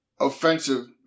offensive